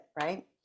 right